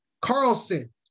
Carlson